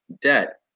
debt